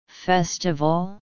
festival